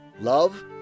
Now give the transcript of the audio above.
love